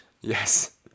Yes